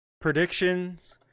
Predictions